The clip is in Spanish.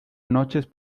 noches